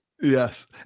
Yes